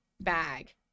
bag